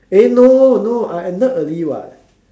eh no no I ended early [what]